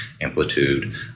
amplitude